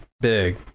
big